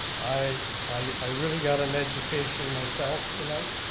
i i really got an education myself tonight.